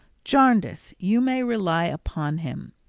jarndyce, you may rely upon him!